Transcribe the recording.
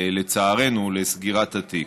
לצערנו, לסגירת התיק.